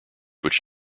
which